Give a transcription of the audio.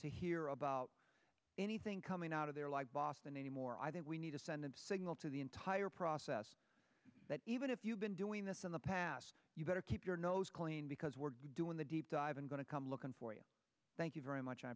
to hear about anything coming out of there like boston anymore i think we need to send a signal to the entire process that even if you've been doing this in the past you better keep your nose clean because we're doing the deep dive and going to come looking for you thank you very much i